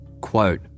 quote